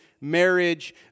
marriage